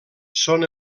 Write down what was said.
són